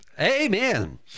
Amen